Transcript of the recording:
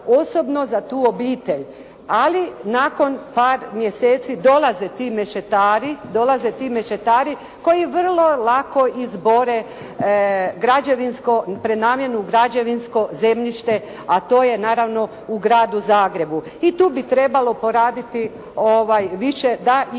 osobno za tu obitelj. Ali nakon par mjeseci dolaze ti mešetari, dolaze ti mešetari koji vrlo lako izbore građevinsko, prenamjenu građevinsko zemljište a to je naravno u Gradu Zagrebu i tu bi trebalo poraditi više da i